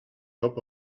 top